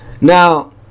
Now